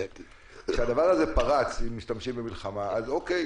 כשהדבר הזה פרץ אם משתמשים במלחמה אז אוקיי,